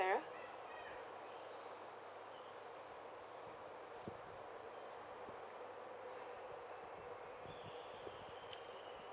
sarah